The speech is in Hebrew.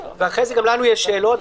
ואחרי כן גם לנו יש שאלות,